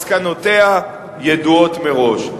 מסקנותיה ידועות מראש.